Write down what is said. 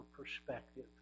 perspective